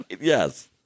Yes